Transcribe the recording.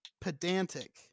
Pedantic